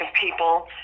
people